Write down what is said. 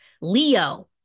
Leo